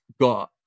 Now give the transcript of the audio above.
got